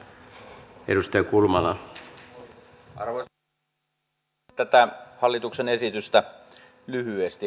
kommentoin tätä hallituksen esitystä lyhyesti